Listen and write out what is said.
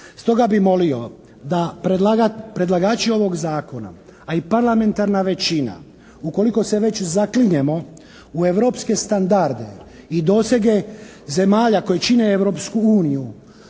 Stoga bih molio da predlagači ovoga zakona, a i parlamentarna većina, ukoliko se već zaklinjemo u Europske standarde i dosege zemalja koje čine Europsku uniju